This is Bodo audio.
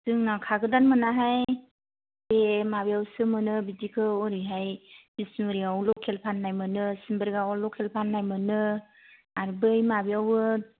जोंना खागोदान मोनाहाय बे माबायावसो मोनो बिदिखौ ओरैहाय बिसमुरियाव लकेल फान्नाय मोनो सिमबोरगावआव लकेल फान्नाय मोनो आरो बै माबायावबो